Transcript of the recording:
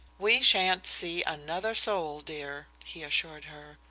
we shan't see another soul, dear, he assured her.